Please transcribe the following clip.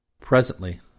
Presently